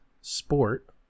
sport